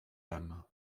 âme